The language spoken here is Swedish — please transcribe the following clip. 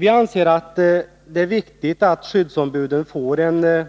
Vi anser att det är viktigt att skyddsombuden får en